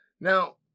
Now